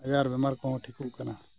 ᱟᱡᱟᱨᱼᱵᱤᱢᱟᱨ ᱠᱚᱦᱚᱸ ᱴᱷᱤᱠᱩᱜ ᱠᱟᱱᱟ